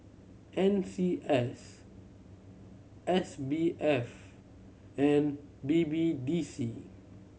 N C S S B F and B B D C